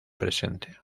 presente